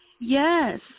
Yes